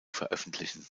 veröffentlichen